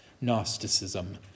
Gnosticism